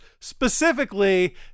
specifically